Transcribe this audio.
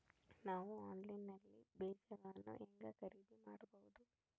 ನಾವು ಆನ್ಲೈನ್ ನಲ್ಲಿ ಬೇಜಗಳನ್ನು ಹೆಂಗ ಖರೇದಿ ಮಾಡಬಹುದು?